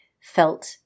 felt